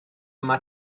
yma